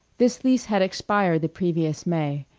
this lease had expired the previous may.